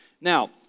Now